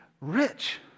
rich